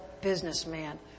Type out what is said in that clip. businessman